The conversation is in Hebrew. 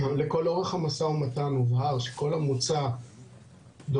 לכל אורך המשא-ומתן הובהר שכל המוצע דורש